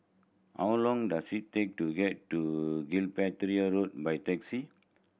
how long does it take to get to Gibraltar Road by taxi